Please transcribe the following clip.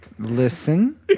Listen